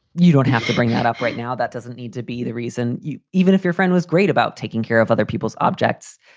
you don't have to bring that up right now that doesn't need to be the reason you even if your friend was great about taking care of other people's objects.